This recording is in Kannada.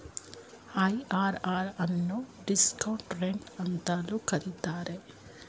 ಐ.ಆರ್.ಆರ್ ಅನ್ನು ಡಿಸ್ಕೌಂಟ್ ರೇಟ್ ಅಂತಲೂ ಕರೀತಾರೆ